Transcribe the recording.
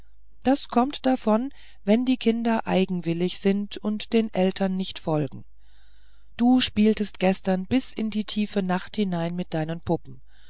das kommt davon her wenn die kinder eigenwillig sind und den eltern nicht folgen du spieltest gestern bis in die tiefe nacht hinein mit deinen puppen